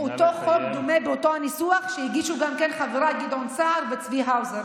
הצעת החוק שגם גדעון סער הגיש.